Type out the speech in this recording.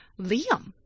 Liam